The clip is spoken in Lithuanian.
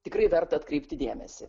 tikrai verta atkreipti dėmesį